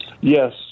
Yes